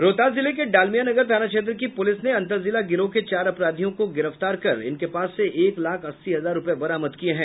रोहतास जिले के डालमियानगर थाना क्षेत्र की पुलिस ने अंतरजिला गिरोह के चार अपराधियों को गिरफ्तार कर उनके पास से एक लाख अस्सी हजार रुपये बरामद किये हैं